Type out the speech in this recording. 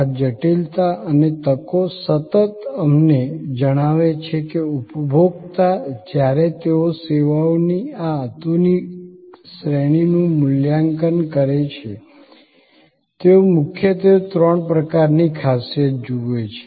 આ જટિલતા અને તકો સતત અમને જણાવે છે કે ઉપભોક્તા જ્યારે તેઓ સેવાઓની આ આધુનિક શ્રેણીનું મૂલ્યાંકન કરે છે તેઓ મુખ્યત્વે ત્રણ પ્રકારની ખાસિયત જુએ છે